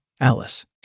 Alice